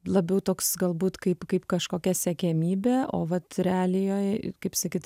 labiau toks galbūt kaip kaip kažkokia siekiamybė o vat realijoj kaip sakyt